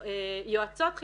כדאי שיתייחסו אליהם יותר בכבוד.